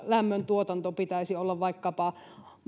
lämmöntuotannon pitäisi olla vaikkapa